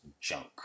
junk